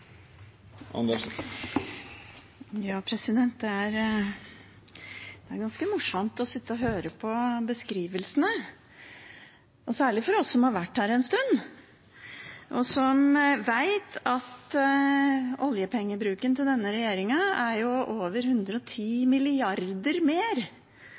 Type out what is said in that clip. Det er ganske morsomt å sitte og høre på beskrivelsene, særlig for oss som har vært her en stund, og som vet at oljepengebruken til denne regjeringen er over